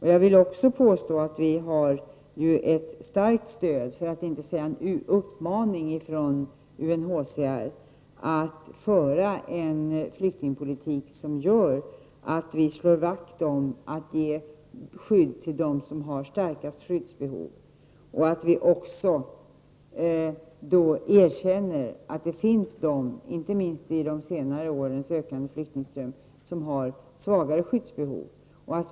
Vidare vill jag påstå att det finns ett starkt stöd — för att inte säga en uppmaning — från UNHCR när det gäller att föra en flyktingpolitik som innebär att vi slår vakt om och ger skydd till dem som har det starkaste behovet av skydd. Dessutom gäller det att vi erkänner att det, inte minst när det gäller de senaste årens ökande flyktingström, finns de som har ett svagare skydds behov.